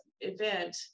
event